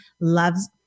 loves